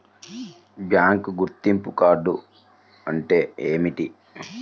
Bank గుర్తింపు card అంటే ఏమిటి?